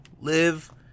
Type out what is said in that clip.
live